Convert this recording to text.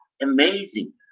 amazing